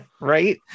right